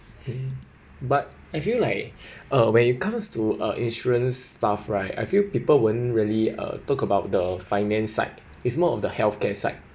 mm but actually like uh when it comes to uh insurance stuff right I feel people won't really uh talk about the finance side is more of the healthcare side